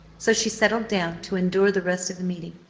so she settled down to endure the rest of the meeting,